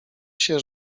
się